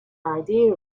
idea